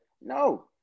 No